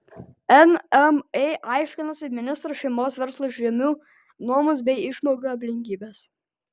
nma aiškinasi ministro šeimos verslo žemių nuomos bei išmokų aplinkybes